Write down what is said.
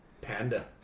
panda